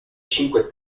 cinque